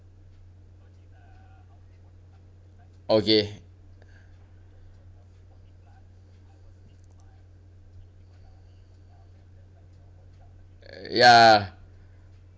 okay uh ya